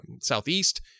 southeast